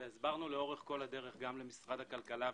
הסברנו לאורך כל הדרך גם למשרד הכלכלה,